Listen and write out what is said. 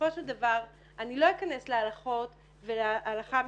אני לא אכנס להלכות ולהלכה המשפטית,